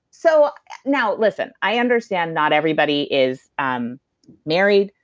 so now, listen, i understand not everybody is um married,